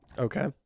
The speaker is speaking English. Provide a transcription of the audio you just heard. Okay